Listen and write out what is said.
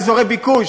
באזורי ביקוש.